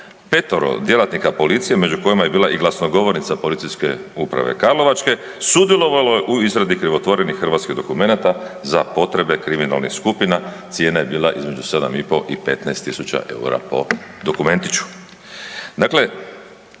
5-ero djelatnika policije među kojima je bila i glasnogovornica PU Karlovačke sudjelovalo je u izradi krivotvorenja hrvatskih dokumenata za potrebe kriminalnih skupina, cijene je bila između 7.500 i 15.000 EUR-a po dokumentiću. Dakle,